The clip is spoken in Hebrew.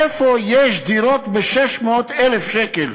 איפה יש דירות ב-600,000 שקל?